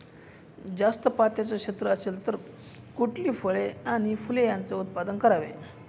जास्त पात्याचं क्षेत्र असेल तर कुठली फळे आणि फूले यांचे उत्पादन करावे?